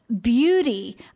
beauty